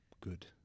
good